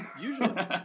Usually